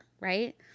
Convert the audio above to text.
right